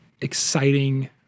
exciting